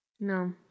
No